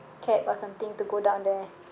cab or something to go down there